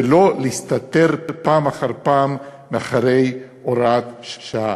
ולא להסתתר פעם אחר פעם מאחורי הוראת שעה.